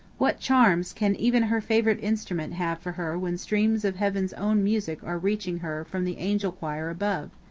what charms can even her favorite instrument have for her when streams of heaven's own music are reaching her from the angel choir above?